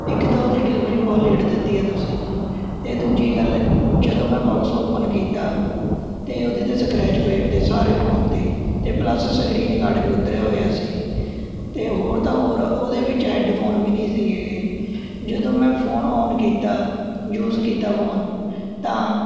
ਇੱਕ ਤਾਂ ਉਹਦੀ ਡਿਲੀਵਰੀ ਬਹੁਤ ਲੇਟ ਦਿੱਤੀ ਹੈ ਤੁਸੀਂ ਅਤੇ ਦੂਜੀ ਗੱਲ ਜਦੋਂ ਮੈਂ ਬੋਕਸ ਓਪਨ ਕੀਤਾ ਅਤੇ ਉਹਦੇ 'ਤੇ ਸਕਰੈਚ ਪਏ ਹੋਏ ਤੇ ਸਾਰੇ ਫੋਨ 'ਤੇ ਅਤੇ ਪਲੱਸ ਸਕਰੀਨ ਗਾਰਡ ਵੀ ਉਤਰਿਆ ਹੋਇਆ ਸੀ ਅਤੇ ਹੋਰ ਤਾਂ ਹੋਰ ਉਹਦੇ ਵਿੱਚ ਹੈੱਡਫੋਨ ਵੀ ਨਹੀਂ ਸੀ ਹੈਗੇ ਜਦੋਂ ਮੈਂ ਫੋਨ ਔਨ ਕੀਤਾ ਯੂਜ਼ ਕੀਤਾ ਫੋਨ ਤਾਂ